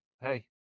Hey